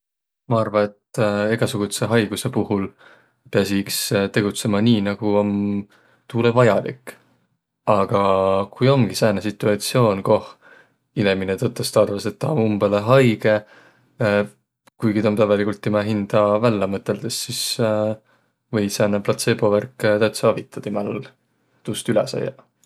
Maq arva, et egäsugutsõ haigusõ puhul piäsiq iks tegutsõma nii, nigu om toolõ vajalik. Aga ku omgi sääne situatsioon, koh inemine tõtõstõ arvas, et tä om umbõlõ haigõ kuigi tä om tegeligult timä hindä vällä mõtõld, sis või sääne platseebo värk täütsä avitaq timäl tuust üle saiaq.